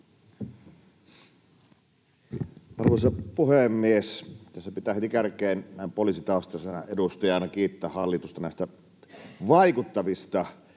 Arvoisa puhemies! Tässä pitää heti kärkeen näin poliisitaustaisena edustajana kiittää hallitusta näistä vaikuttavista